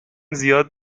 زیاد